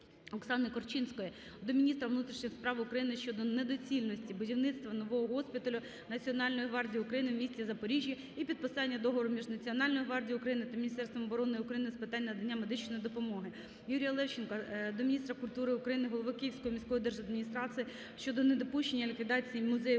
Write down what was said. Оксани Корчинської до міністра внутрішніх справ України щодо недоцільності будівництва нового госпіталю Національної гвардії України в місті Запоріжжі і підписання договору між Національною гвардією України та Міністерством оборони України з питань надання медичної допомоги. Юрія Левченка до міністра культури України, голови Київської міської держадміністрації щодо недопущення ліквідації Музею Української